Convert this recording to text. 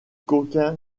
qu’aucun